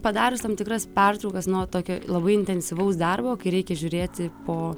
padarius tam tikras pertraukas nuo tokio labai intensyvaus darbo kai reikia žiūrėti po